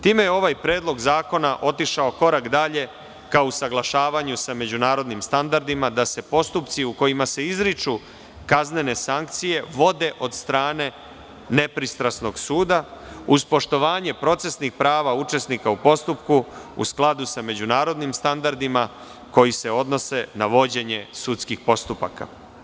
Time je ovaj predlog zakona otišao korak dalje ka usaglašavanju sa međunarodnim standardima, da se postupci u kojima se izriču kaznene sankcije vode od strane nepristrasnog suda, uz poštovanje procesnih prava učesnika u postupku, u skladu sa međunarodnim standardima koji se odnose na vođenje sudskih postupaka.